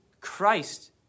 Christ